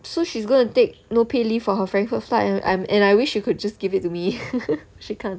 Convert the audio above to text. so she's gonna take no pay leave for her frankfurt flight and I'm and I wish you could just give it to me she can't